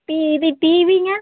B இது டிவிங்க